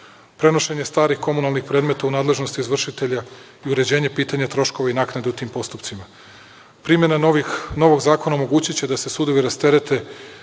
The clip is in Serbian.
prenošenje starih komunalnih predmeta u nadležnost izvršitelja, uređenje pitanja troškova i naknada u tim postupcima. Primena novog zakona omogućiće da se sudovi rasterete,